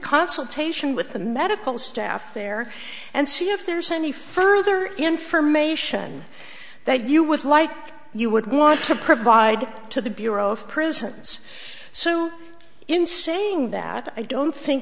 consultation with the medical staff there and see if there's any further information that you would like you would want to provide to the bureau of prisons so in saying that i don't think